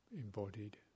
embodied